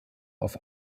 auf